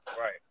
Right